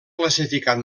classificat